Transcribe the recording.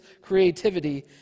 creativity